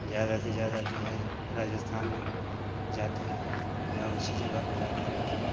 ज़्यादा से ज़्यादा जो है राजस्थान एक जाते हैं या उसी जगह पर जाते रहते हैं